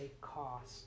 cost